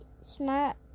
smart